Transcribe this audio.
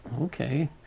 Okay